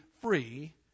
free